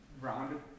rounded